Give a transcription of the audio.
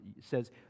says